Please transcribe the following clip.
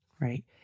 right